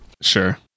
Sure